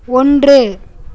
ஒன்று